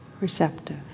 receptive